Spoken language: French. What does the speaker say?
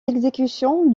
exécution